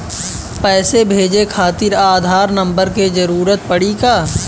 पैसे भेजे खातिर आधार नंबर के जरूरत पड़ी का?